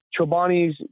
Chobani's